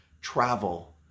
travel